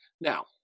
Now